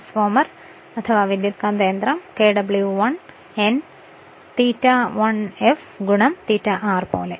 transformer Kw1 N ∅1 f ∅r പോലെ